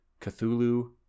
Cthulhu